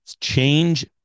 Change